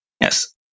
Yes